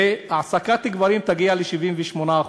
והעסקת גברים תגיע ל-78%.